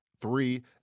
three